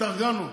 התארגנו.